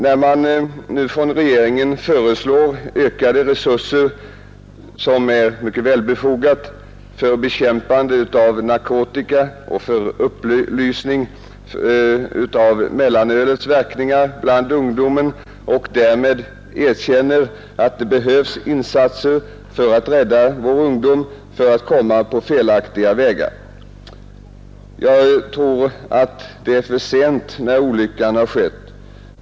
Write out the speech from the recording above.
När regeringen nu föreslår ökade resurser för bekämpandet av narkotika och för upplysning bland ungdomen om mellanölets verkningar och därmed erkänner att insatser behövs för att rädda vår ungdom från att komma på felaktiga vägar, är det mycket välbefogat. Jag tror att det är för sent när olyckan har skett.